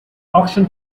auction